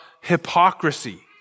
hypocrisy